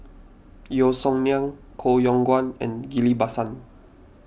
Yeo Song Nian Koh Yong Guan and Ghillie Basan